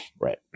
Right